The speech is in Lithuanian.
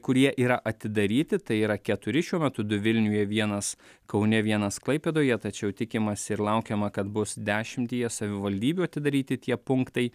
kurie yra atidaryti tai yra keturi šiuo metu du vilniuje vienas kaune vienas klaipėdoje tačiau tikimasi ir laukiama kad bus dešimtyje savivaldybių atidaryti tie punktai